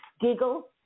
giggle